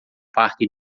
parque